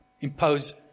impose